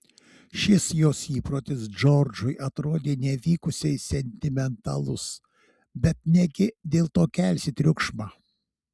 šis jos įprotis džordžui atrodė nevykusiai sentimentalus bet negi dėl to kelsi triukšmą